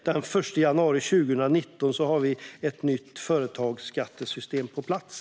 Den 1 januari 2019 har vi ett nytt företagsskattesystem på plats.